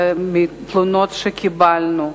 מתלונות שקיבלנו,